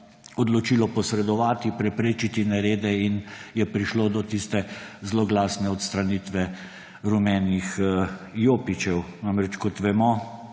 odločilo posredovati, preprečiti nerede in je prišlo do tiste zloglasne odstranitve rumenih jopičev. Kot vemo,